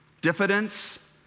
diffidence